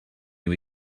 you